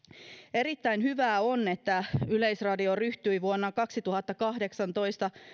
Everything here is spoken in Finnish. erittäin hyvä on että yleisradio ryhtyi vuonna kaksituhattakahdeksantoista